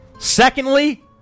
Secondly